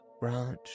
branch